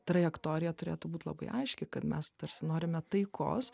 trajektorija turėtų būt labai aiški kad mes tarsi norime taikos